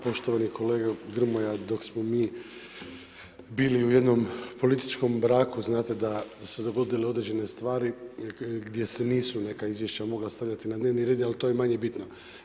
Poštovani kolega Grmoja, dok smo mi bili u jednom političkom braku, znate da su se dogodile određene stvari gdje se nisu neka izvješća mogla stavljati na dnevni red ali to je manje bitno.